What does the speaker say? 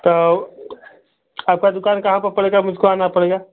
तो आपका दुकान कहाँ प पड़ेगा मुझको आना पड़ेगा